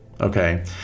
okay